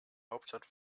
hauptstadt